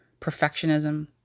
perfectionism